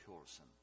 person